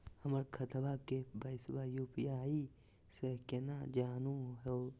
हमर खतवा के पैसवा यू.पी.आई स केना जानहु हो?